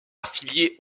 affilié